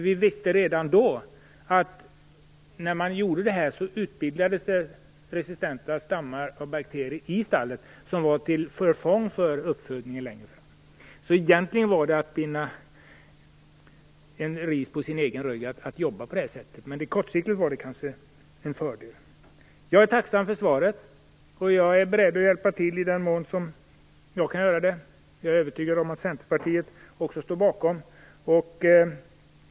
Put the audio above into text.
Vi visste redan då att det bildades resistenta stammar av bakterier i stallet när man jobbade med antibiotika som var till förfång för uppfödningen i längden. Egentligen var det att binda ris åt egen rygg att jobba på det sättet, men kortsiktigt var det kanske en fördel. Jag är tacksam för svaret och jag är beredd att hjälpa till i den mån jag kan. Jag är övertygad om att Centerpartiet också står bakom detta.